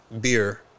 beer